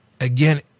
Again